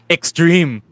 Extreme